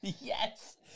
Yes